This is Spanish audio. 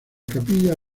capilla